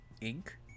Ink